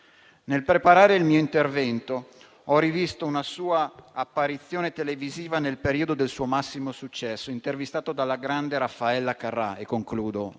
Nel preparare il mio intervento ho rivisto una sua apparizione televisiva nel periodo del suo massimo successo, intervistato dalla grande Raffaella Carrà. Nuti,